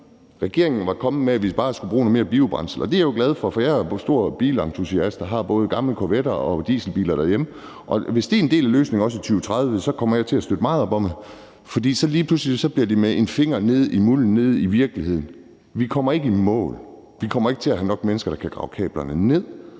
regeringen er kommet med, at vi bare skal bruge noget mere biobrændsel. Det er jeg jo glad for, for jeg er stor bilentusiast og har både gamle Corvetter og dieselbiler derhjemme, og hvis det er en del af løsningen også i 2030, kommer jeg til at støtte meget op om det, for så bliver det lige pludselig med en finger nede i mulden, nede i virkeligheden. Vi kommer ikke i mål, vi kommer ikke til at have nok mennesker, der kan grave kablerne ned,